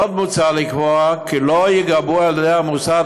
עוד מוצע לקבוע כי לא ייגבו על ידי המוסד